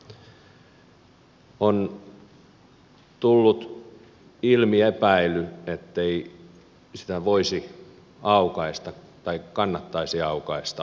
on tullut ilmi epäily ettei sitä voisi aukaista tai kannattaisi aukaista